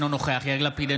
אינו נוכח יאיר לפיד,